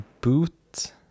boot